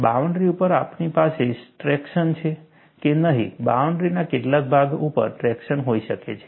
boundary ઉપર આપણી પાસે ટ્રેક્શન છે કે નહીં બાઉન્ડરીના કેટલાક ભાગો ઉપર ટ્રેક્શન હોઈ શકે છે